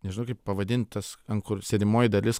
nežinau kaip pavadint tas ant kur sėdimoji dalis